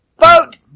Vote